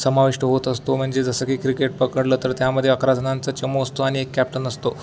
समाविष्ट होत असतो म्हणजे जसं की क्रिकेट पकडलं तर त्यामध्ये अकरा जणांचा चमू असतो आणि एक कॅप्टन असतो